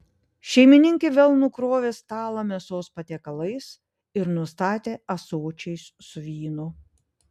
šeimininkė vėl nukrovė stalą mėsos patiekalais ir nustatė ąsočiais su vynu